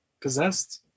possessed